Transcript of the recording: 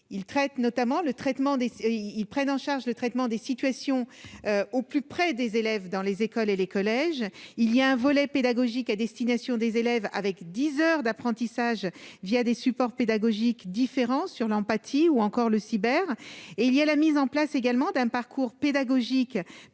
s'ils prennent en charge le traitement des situations au plus près des élèves dans les écoles et les collèges, il y a un volet pédagogique à destination des élèves avec 10 heures d'apprentissage via des supports pédagogiques différence sur l'empathie ou encore le cyber et il y a la mise en place également d'un parcours pédagogique